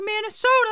Minnesota